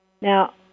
Now